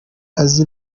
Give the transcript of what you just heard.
azi